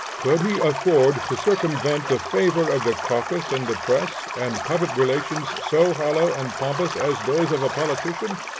could he afford to circumvent the favor of the caucus and the press, and covet relations so hollow and pompous as those of a politician?